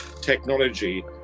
technology